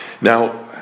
now